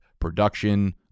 production